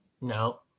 No